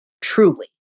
truly